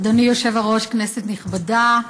אדוני היושב-ראש, כנסת נכבדה,